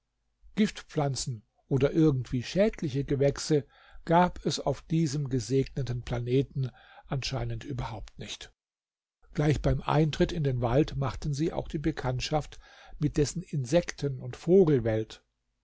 giftpflanzen oder irgendwie schädliche gewächse gab es auf diesem gesegneten planeten anscheinend überhaupt nicht gleich beim eintritt in den wald machten sie auch bekanntschaft mit dessen insekten und vogelwelt